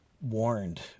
warned